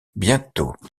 bientôt